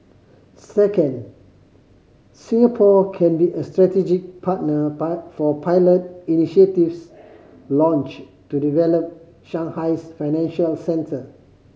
second Singapore can be a strategic partner for pilot initiatives launched to develop Shanghai's financial centre